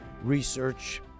research